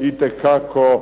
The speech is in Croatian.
itekako